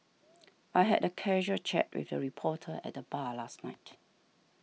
I had a casual chat with a reporter at the bar last night